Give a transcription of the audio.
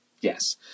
Yes